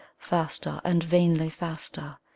faster and vainly faster,